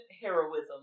heroism